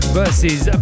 versus